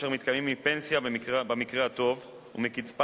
אשר מתקיימים מפנסיה במקרה הטוב ומקצבת